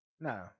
No